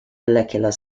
molecular